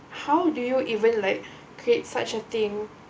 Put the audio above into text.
how do you even like create such a thing